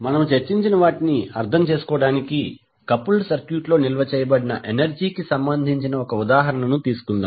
మనము చర్చించిన వాటిని అర్థం చేసుకోవడానికి కపుల్డ్ సర్క్యూట్లో నిల్వ చేయబడిన ఎనర్జీ కి సంబంధించిన ఒక ఉదాహరణ తీసుకుందాం